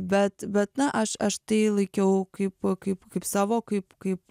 bet bet na aš aš tai laikiau kaip kaip kaip savo kaip kaip